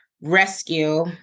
rescue